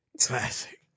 Classic